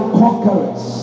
conquerors